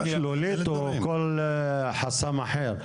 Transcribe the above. שלולית או כל חסם אחר.